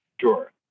sure